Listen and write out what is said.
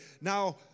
Now